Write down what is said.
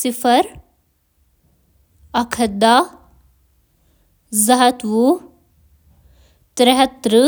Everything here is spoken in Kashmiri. صفر، اکھ ہتھ دَہ، زٕ ہتھ وُہ، ترٛےٚ ہتھ ترٛہ،